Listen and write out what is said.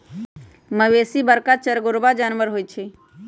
मवेशी बरका चरगोरबा जानबर होइ छइ